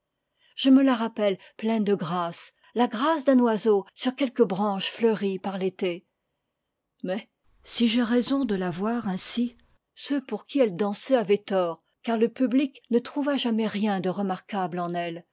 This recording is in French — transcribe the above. je me la rappelle pleine de grâce la grâce d'un oiseau sur quelque branche fleurie par l'été mais si j'ai raison de la voir ainsi ceux pour qui elle dansait avaient tort car le public ne trouva jamais rien de remarquable en elle